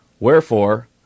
Wherefore